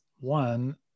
one